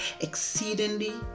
exceedingly